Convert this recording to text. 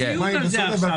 עד עכשיו